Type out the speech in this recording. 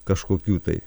kažkokių tai